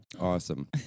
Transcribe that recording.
Awesome